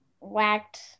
whacked